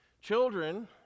children